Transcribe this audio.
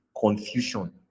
confusion